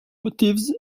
motives